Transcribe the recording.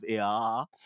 AR